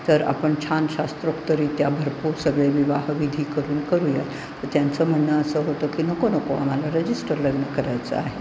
तर आपण छान शास्त्रोक्तरीत्या भरपूर सगळे विवाह विधी करून करूयात तर त्यांचं म्हणणं असं होतं की नको नको आम्हाला रजिस्टर लग्न करायचं आहे